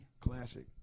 classic